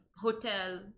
hotel